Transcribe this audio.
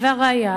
והראיה,